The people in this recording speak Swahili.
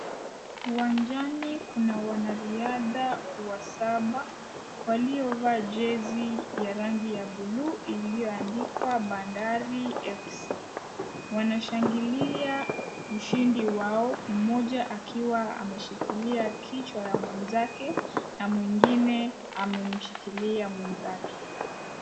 Uwanjani kuna wana riadha wasaba waliovaa jezi ya rangi ya bluu iliyoandikwa Bandari fc. Wanashangilia ushindi wao mmoja akiwa ameshikilia kichwa ya mwenzake, na mwingine amemshikilia mwenzake.